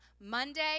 Monday